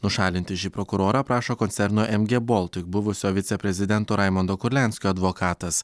nušalinti šį prokurorą prašo koncerno em gie bolti buvusio viceprezidento raimondo kurlianskio advokatas